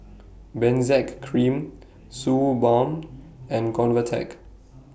Benzac Cream Suu Balm and Convatec